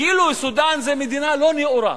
כאילו סודן זו מדינה לא נאורה,